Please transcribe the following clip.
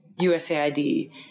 USAID